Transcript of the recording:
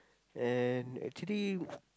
and actually